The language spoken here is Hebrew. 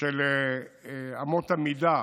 של אמות המידה